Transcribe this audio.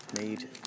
Made